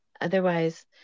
otherwise